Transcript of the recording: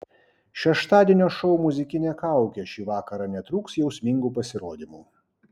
šeštadienio šou muzikinė kaukė šį vakarą netrūks jausmingų pasirodymų